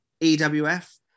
EWF